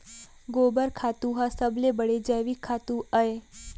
गोबर खातू ह सबले बड़े जैविक खातू अय